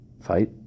fight